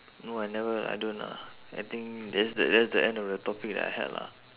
no I never lah I don't lah I think that's the that's the end of the topic that I had lah